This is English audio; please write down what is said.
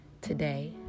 Today